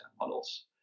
models